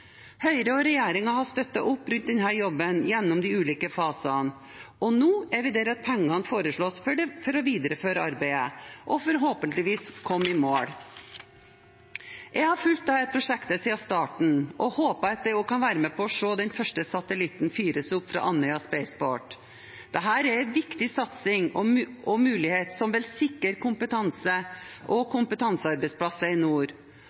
Høyre og regjeringen har støttet opp rundt denne jobben gjennom de ulike fasene, og nå er vi der at pengene foreslås for å videreføre arbeidet og forhåpentligvis komme i mål. Jeg har fulgt dette prosjektet siden starten og håper at jeg kan være med på å se den første satellitten fyres opp fra Andøya Spaceport. Dette er en viktig satsing og mulighet som vil sikre kompetanse og kompetansearbeidsplasser i nord.